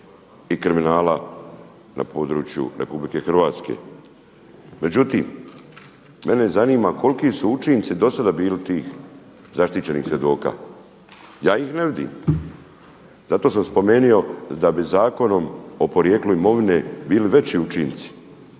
i kriminala na području Republike Hrvatske. Međutim, mene zanima koliki su učinci do sada bili ti zaštićenih svjedoka? Ja ih ne vidim. Zato sam spomenuo da bi Zakonom o porijeklu imovine bili veći učinci,